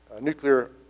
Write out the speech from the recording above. nuclear